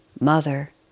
mother